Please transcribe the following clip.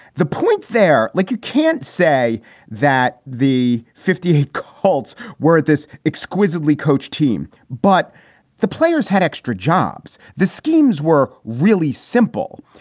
the point there, like you can't say that the fifty colts were at this exquisitely coached team, but the players had extra jobs. the schemes were really simple.